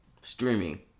Streaming